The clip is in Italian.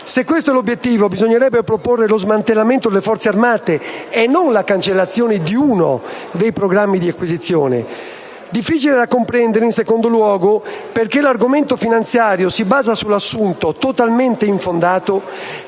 Se questo è l'obiettivo, bisognerebbe proporre lo smantellamento delle Forze armate e non la cancellazione di uno dei programmi di acquisizione. Campagna difficile da comprendere, in secondo luogo, perché l'argomento finanziario si basa sull'assunto, totalmente infondato,